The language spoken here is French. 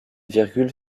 virgule